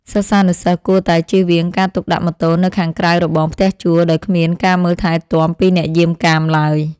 សិស្សានុសិស្សគួរតែចៀសវាងការទុកដាក់ម៉ូតូនៅខាងក្រៅរបងផ្ទះជួលដោយគ្មានការមើលថែទាំពីអ្នកយាមកាមឡើយ។